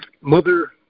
mother